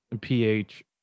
pH